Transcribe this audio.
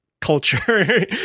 culture